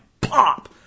Pop